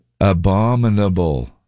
Abominable